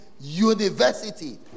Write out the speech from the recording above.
university